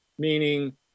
meaning